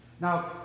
Now